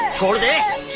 for their